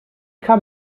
kann